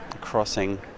crossing